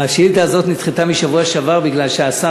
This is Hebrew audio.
השאילתה הזאת נדחתה מהשבוע שעבר בגלל שהשר